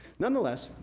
nonetheless,